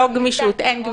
לא, אין גמישות.